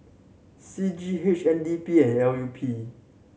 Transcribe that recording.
C G H N D P and L U P